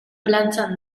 plantxan